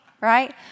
right